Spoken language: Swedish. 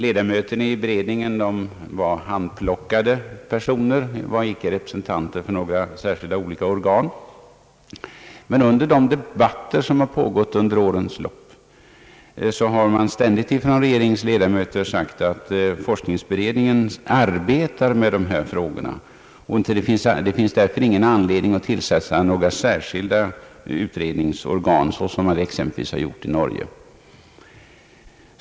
Ledamöterna i beredningen var handplockade personer och icke representanter för några särskilda olika organ. Vid de debatter som har pågått under årens lopp har ständigt regeringens ledamöter framhållit, att forskningsberedningen arbetar med dessa frågor och att det därför inte finns anledning att tillsätta några särskilda utredningsorgan, som man exempelvis har gjort i Norge.